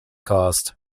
cast